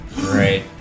Great